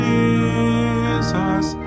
Jesus